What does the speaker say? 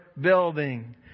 building